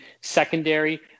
secondary